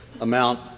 amount